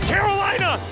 Carolina